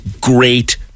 great